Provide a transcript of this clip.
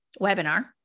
webinar